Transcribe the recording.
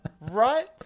Right